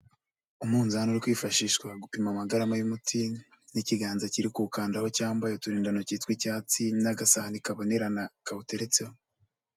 Umunzani uri kwifashishwa gupima amagarama y'umuti, n'ikiganza kiri kuwukandaho cyambaye uturindantoki tw'icyatsi n'agasani kabonerana, kawuteretseho.